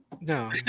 No